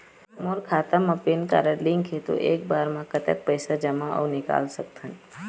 मोर खाता मा PAN card link हे ता एक बार मा कतक पैसा जमा अऊ निकाल सकथन?